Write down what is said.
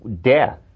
death